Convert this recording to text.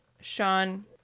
Sean